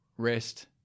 rest